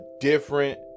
different